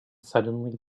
suddenly